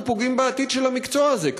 אנחנו פוגעים בעתיד המקצוע הזה,